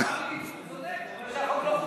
הוא אמר לי, צודק, הוא אומר שהחוק לא חוקתי בכלל.